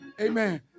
Amen